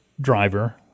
driver